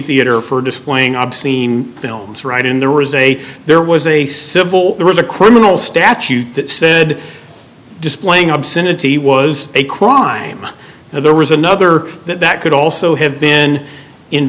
theater for displaying obscene films right in there was a there was a civil there was a criminal statute that said displaying obscenity was a crime and there was another that that could also have been in